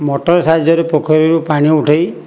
ମଟର ସାହାଯ୍ୟରେ ପୋଖରୀରୁ ପାଣି ଉଠାଇ